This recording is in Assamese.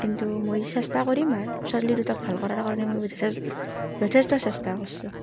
কিন্তু মই চেষ্টা কৰিম আৰু ছোৱালী দুটাক ভাল কৰাৰ কাৰণে মই যথেষ্ট চেষ্টা কৰিছোঁ